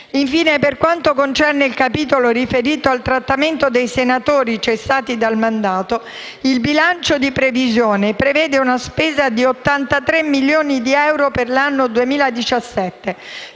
per quanto concerne il capitolo riferito al trattamento dei senatori cessati dal mandato, il bilancio di previsione prevede una spesa di 83 milioni di euro per l'anno 2017,